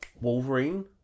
Wolverine